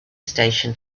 station